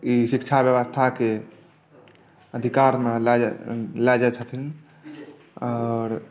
ई शिक्षा व्यवस्था के अधिकार मे लए जाइ छथिन और